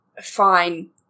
fine